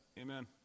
Amen